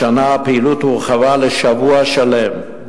השנה הפעילות הורחבה לשבוע שלם,